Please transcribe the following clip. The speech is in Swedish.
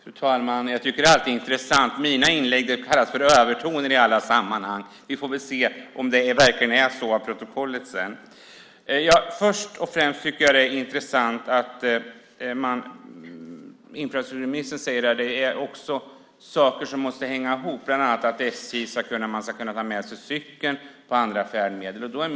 Fru talman! Det är intressant att mina inlägg kallas för "övertoner" i alla sammanhang. Vi får väl se i protokollet sedan om det verkligen är så. Först och främst tycker jag att det är intressant att infrastrukturministern säger att saker måste hänga ihop. Bland annat ska man kunna ta med sig cykeln på andra färdmedel, till exempel med SJ.